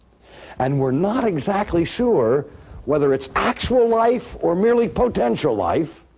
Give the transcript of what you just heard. and we're not exactly sure whether it's actual life or merely potential life.